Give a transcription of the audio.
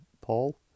Paul